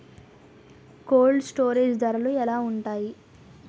Cold storage ధరలు ఎలా ఉంటాయి?